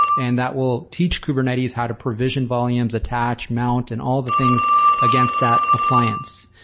and that will teach kubernetes how to provision volumes, attach, mount and all the things against that appliance.